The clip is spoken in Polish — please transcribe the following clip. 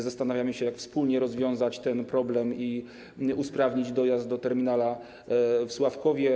Zastanawiamy się, jak wspólnie rozwiązać ten problem i usprawnić dojazd do terminala w Sławkowie.